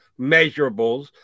measurables